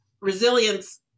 resilience